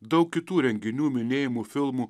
daug kitų renginių minėjimų filmų